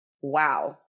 Wow